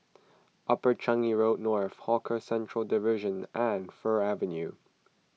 Upper Changi Road North Hawker Centre Division and Fir Avenue